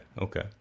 Okay